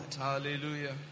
Hallelujah